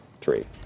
tree